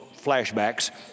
flashbacks